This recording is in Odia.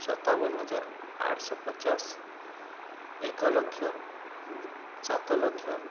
ସତାବନ ହଜାର ଆଠଶହ ପଚାଶ ଏକ ଲକ୍ଷ ସାତ ଲକ୍ଷ